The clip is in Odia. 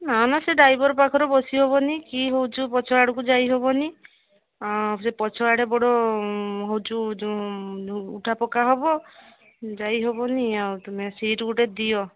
ନା ନା ସେ ଡ୍ରାଇଭର ପାଖରେ ବସି ହେବନି କି ହେଉଛୁ ପଛ ଆଡ଼କୁ ଯାଇ ହେବନି ସେ ପଛ ଆଡ଼େ ବଡ଼ ହେଉଛୁ ଯେଉଁ ଉଠାପକା ହେବ ଯାଇ ହେବନି ଆଉ ତୁମେ ସିଟ୍ ଗୋଟେ ଦିଅ